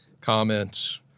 comments